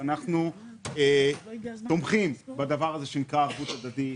אנחנו תומכים בערבות הדדית,